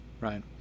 right